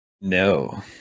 No